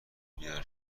بیدار